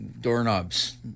doorknobs